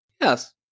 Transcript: yes